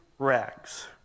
rags